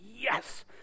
yes